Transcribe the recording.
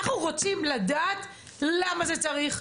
אנחנו רוצים לדעת למה זה צריך,